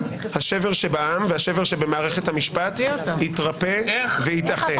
השבר שבעם והשבר שבמערכת המשפט יתרפא ויתאחה.